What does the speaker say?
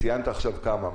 ציינת עכשיו כמה.